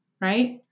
Right